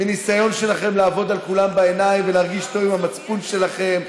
מניסיון שלכם לעבוד על כולם בעיניים ולהרגיש טוב עם המצפון שלכם.